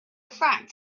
fact